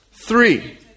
Three